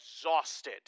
exhausted